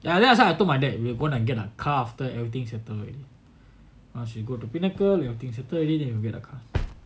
ya that's why I told my dad we're gonna get a car after everything settled already once we go to pinnacle everything settle already then we will get a car